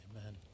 Amen